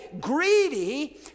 greedy